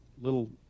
little